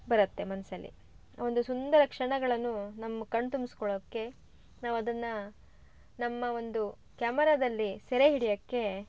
ಬರುತ್ತೆ ಮನಸಲ್ಲಿ ಒಂದು ಸುಂದರ ಕ್ಷಣಗಳನ್ನು ನಮ್ಮ ಕಣ್ಣು ತುಂಬಿಸ್ಕೊಳ್ಳೋಕೆ ನಾವು ಅದನ್ನು ನಮ್ಮ ಒಂದು ಕ್ಯಾಮರದಲ್ಲಿ ಸೆರೆ ಹಿಡಿಯಕ್ಕೆ